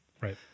Right